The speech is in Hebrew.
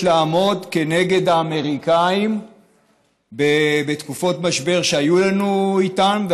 לעמוד כנגד האמריקנים בתקופות משבר שהיו לנו איתם,